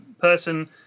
person